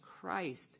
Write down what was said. Christ